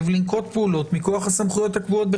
זה